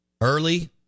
Early